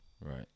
Right